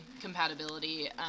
compatibility